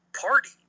party